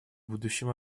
будущем